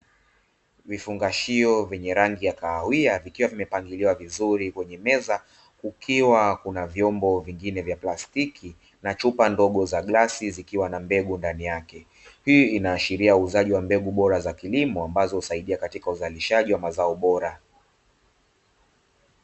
Vifungashio venye rangi ya kahawia vikiwa vimepangiliwa vizuri kwenye meza, kukiwa kuna vyombo vingine vya plastiki na chupa ndogo za glasi, zikiwa na mbegu ndani yake. Hii inaashiria uuzaji wa mbegu bora za kilimo, ambazo husaidia katika uzalishaji wa mazao bora.